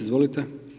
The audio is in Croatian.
Izvolite.